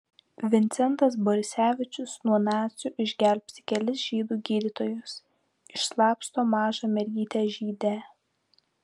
vincentas borisevičius nuo nacių išgelbsti kelis žydų gydytojus išslapsto mažą mergytę žydę